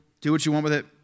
do-what-you-want-with-it